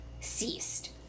ceased